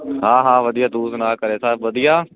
ਹਾਂ ਹਾਂ ਵਧੀਆ ਤੂੰ ਸੁਣਾ ਘਰੇ ਸਬ ਵਧੀਆ